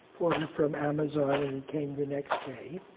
ordered from amazon, and it came the next day.